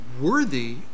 worthy